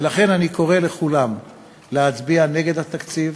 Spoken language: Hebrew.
ולכן, אני קורא לכולם להצביע נגד התקציב,